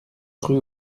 rue